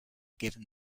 given